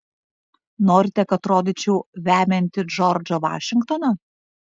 norite kad rodyčiau vemiantį džordžą vašingtoną